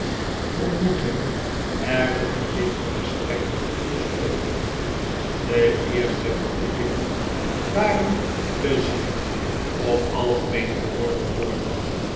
ontmoette er een gewichtig gesprek moest volgen de eerste begroetingen waren te zacht om algemeen gehoord te worden